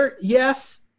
Yes